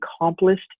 accomplished